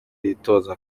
yitoza